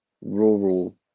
rural